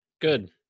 Good